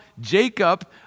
Jacob